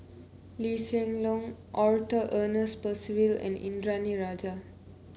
Lee Hsien Loong Arthur Ernest Percival and Indranee Rajah